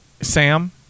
Sam